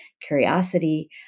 curiosity